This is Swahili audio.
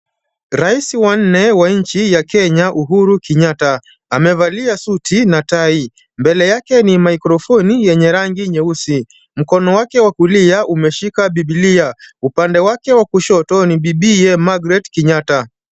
Rais wa nne wa nchi ya Kenya, Uhuru Kenyatta. Amevalia suti na tai. Mbele yake ni maikrofoni yenye rangi nyeusi. Mkono wake wa kulia umeshika bibilia, upande wake wa kushoto ni bibii Margaret Kenyatta.